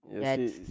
Yes